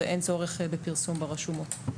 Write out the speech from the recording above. ושאין צורך בפרסום ברשומות.